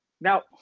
Now